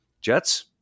Jets